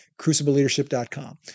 crucibleleadership.com